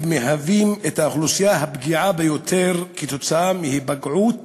הם האוכלוסייה הפגיעה ביותר להיפגעות